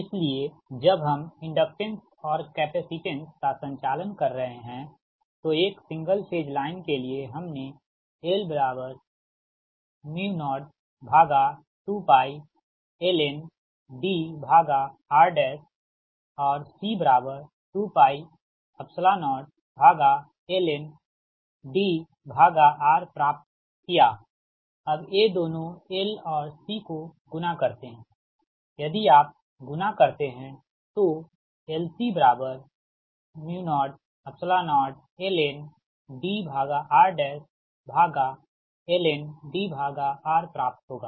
इसलिए जब हम इंडक्टेंस और कैपेसिटेंस का संचालन कर रहे हैं तो एक सिंगल फेज लाइन के लिए हमने L u02lnDr C20lnDr प्राप्त किया अब ये दोनों L और C को गुणा करते हैं यदि आप गुणा करते है LCu0e0lnDrlnDr प्राप्त होगा